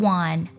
one